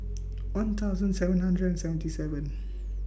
one thousand seven hundred and seventy seven